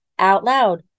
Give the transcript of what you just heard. OUTLOUD